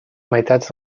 meitats